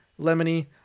lemony